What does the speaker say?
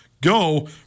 go